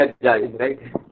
right